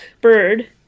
bird